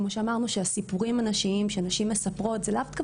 כמו שאמרנו שהסיפורים הנשיים שנשים מספרות זה לאו דווקא